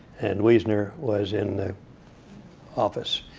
and wiesner was in the office.